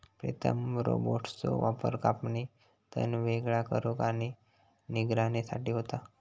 प्रीतम रोबोट्सचो वापर कापणी, तण वेगळा करुक आणि निगराणी साठी होता